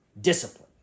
Discipline